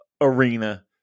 arena